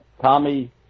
Tommy